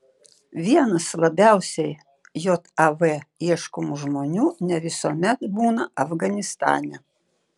vienas labiausiai jav ieškomų žmonių ne visuomet būna afganistane